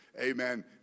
amen